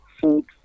food